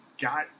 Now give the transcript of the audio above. got